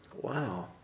Wow